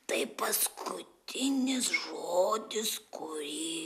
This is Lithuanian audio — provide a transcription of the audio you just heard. tai paskutinis žodis kurį